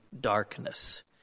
darkness